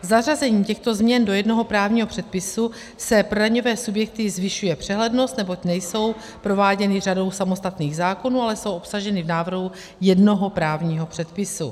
Zařazením těchto změn do jednoho právního předpisu se pro daňové subjekty zvyšuje přehlednost, neboť nejsou prováděny řadou samostatných zákonů, ale jsou obsaženy v návrhu jednoho právního předpisu.